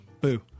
boo